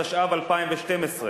התשע"ב 2012,